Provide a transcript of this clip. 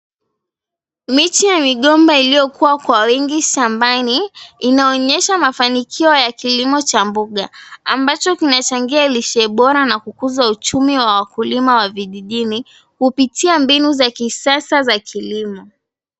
Micha ya mogomba iliyokua kwa wingi shambani inaonyesha mafanikio ya kilimo cha mboga, ambacho kinachangia lishe bora na kukuza uchumi wa wakulima wa vijijini kupitia mbinu za kisasa za kilimo.